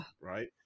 right